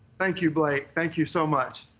thank you, blake. thank you so much.